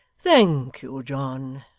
thank you, john.